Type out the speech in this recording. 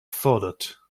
fordert